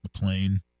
McLean